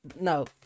no